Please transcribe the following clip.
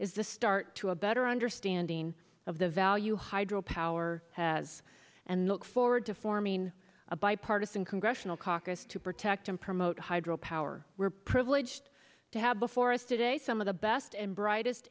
is the start to a better understanding of the value hydropower has and look forward to forming a bipartisan congressional caucus to protect and promote hydropower we're privileged to have before us today some of the best and brightest